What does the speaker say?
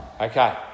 Okay